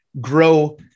grow